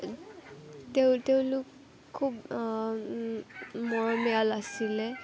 তেওঁ তেওঁলোক খুব মৰমীয়াল আছিলে